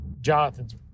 Jonathan's